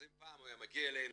אז אם פעם הוא היה מגיע אלינו,